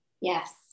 Yes